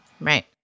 Right